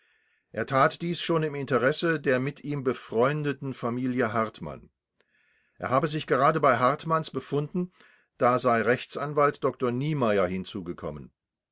er tat dies schon im interesse der mit ihm befreundeten familie hartmann er habe sich gerade bei hartmanns befunden da sei rechtsanwalt dr niemeyer hinzugekommen